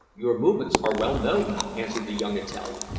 your movements are well known, answered the young italian.